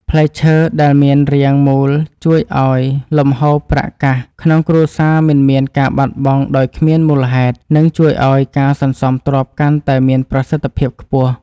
ផ្លែឈើដែលមានរាងមូលជួយឱ្យលំហូរប្រាក់កាសក្នុងគ្រួសារមិនមានការបាត់បង់ដោយគ្មានមូលហេតុ និង ជួយឱ្យការសន្សំទ្រព្យកាន់តែមានប្រសិទ្ធភាពខ្ពស់។